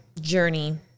journey